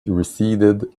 receded